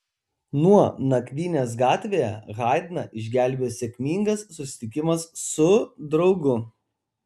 nuo nakvynės gatvėje haidną išgelbėjo sėkmingas susitikimas su draugu